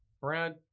brad